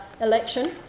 election